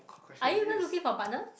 are you even looking for partner